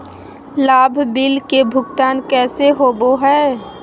लाभ बिल के भुगतान कैसे होबो हैं?